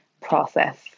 process